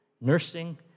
nursing